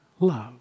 Love